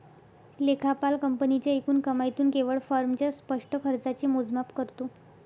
लेखापाल कंपनीच्या एकूण कमाईतून केवळ फर्मच्या स्पष्ट खर्चाचे मोजमाप करतो